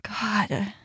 God